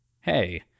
hey